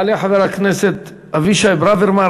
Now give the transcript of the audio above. יעלה חבר הכנסת אבישי ברוורמן.